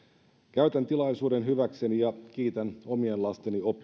käytän tilaisuuden hyväkseni ja kiitän omien lasteni